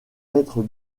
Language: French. être